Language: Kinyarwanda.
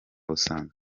busanzwe